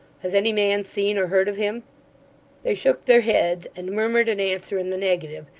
has any man seen or heard of him they shook their heads, and murmured an answer in the negative,